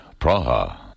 Praha